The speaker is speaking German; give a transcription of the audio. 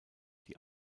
die